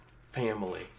family